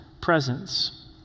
presence